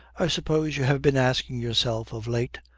i suppose you have been asking yourself of late,